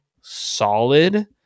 solid